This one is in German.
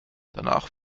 danach